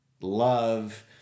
love